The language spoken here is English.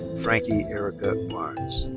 franki erika barnes.